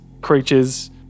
creatures